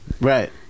Right